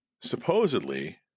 supposedly